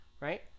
right